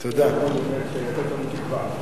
וזה יכול באמת לתת לנו תקווה.